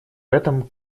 этом